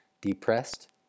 depressed